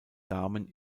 damen